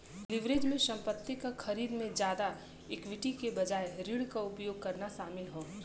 leverage में संपत्ति क खरीद में ताजा इक्विटी के बजाय ऋण क उपयोग करना शामिल हौ